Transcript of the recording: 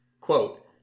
quote